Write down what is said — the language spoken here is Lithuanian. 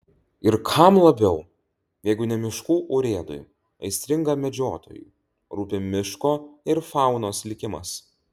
ir kam labiau jeigu ne miškų urėdui aistringam medžiotojui rūpi miško ir faunos likimas